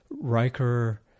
Riker